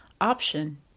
option